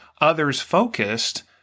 others-focused